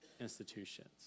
institutions